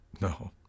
No